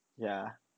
ya